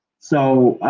so,